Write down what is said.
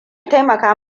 taimaka